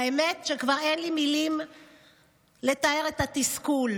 האמת היא שכבר אין לי מילים לתאר את התסכול.